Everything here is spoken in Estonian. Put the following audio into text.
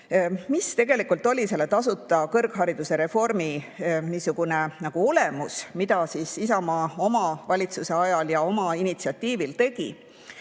mis oli selle tasuta kõrghariduse reformi niisugune olemus, mida Isamaa oma valitsuse ajal ja oma initsiatiivil tegi.